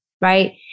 right